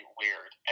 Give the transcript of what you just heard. weird